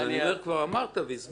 אמרת והסברת.